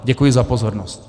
Děkuji za pozornost.